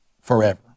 forever